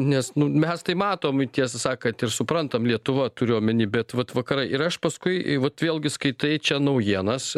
nes nu mes tai matom tiesą sakat ir suprantam lietuva turiu omeny bet vat vakarai ir aš paskui vat vėlgi skaitai čia naujienas